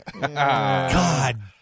God